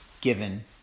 given